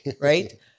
Right